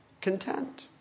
content